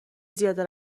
زیاده